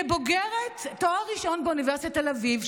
כבוגרת תואר ראשון באוניברסיטת תל אביב,